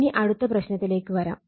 ഇനി അടുത്ത പ്രശ്നത്തിലേക്ക് വരാം